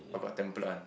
oh got temple [one]